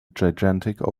gigantic